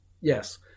Yes